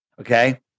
Okay